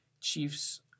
Chiefs